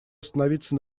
остановиться